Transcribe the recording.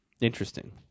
Interesting